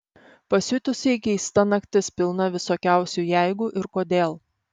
pasiutusiai keista naktis pilna visokiausių jeigu ir kodėl